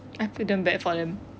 I feel damn bad for them